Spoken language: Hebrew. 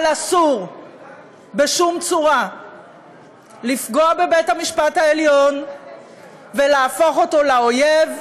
אבל אסור בשום צורה לפגוע בבית-המשפט העליון ולהפוך אותו לאויב,